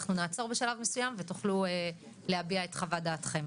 נעצור ותוכלו להביע את חוות דעתכם.